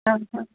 ହଁ ହଁ